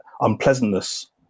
unpleasantness